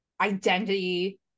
identity